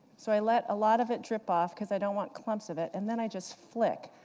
so i let a lot of it drip off, because i don't want clumps of it, and then i just flick.